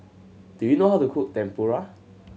do you know how to cook Tempura